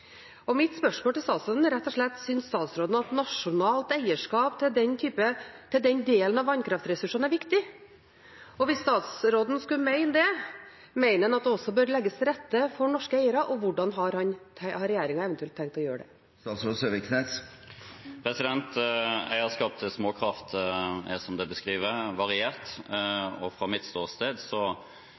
Mitt spørsmål til statsråden er rett og slett: Synes statsråden at nasjonalt eierskap til den delen av vannkraftressursene er viktig? Og hvis statsråden skulle mene det, mener han at det også bør legges til rette for norske eiere? Og hvordan har regjeringen eventuelt tenkt å gjøre det? Eierskap til småkraft er som det beskrives, variert, og fra mitt ståsted